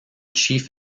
chief